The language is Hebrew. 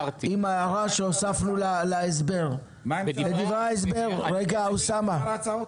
עם ההערה שהוספנו לדברי ההסבר ------ ההצעות?